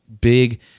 big